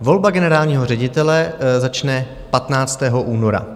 Volba generálního ředitele začne 15. února.